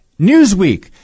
Newsweek